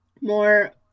more